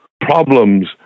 problems